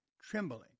trembling